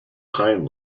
hind